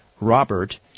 Robert